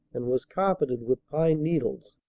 and was carpeted with pine-needles.